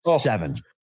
seven